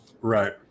Right